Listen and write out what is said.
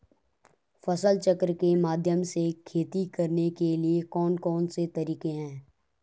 फसल चक्र के माध्यम से खेती करने के लिए कौन कौन से तरीके हैं?